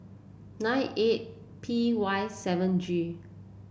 nine eight P Y seven G